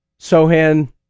Sohan